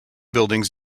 buildings